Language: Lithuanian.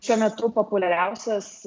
šiuo metu populiariausias